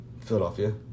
Philadelphia